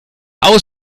aus